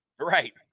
Right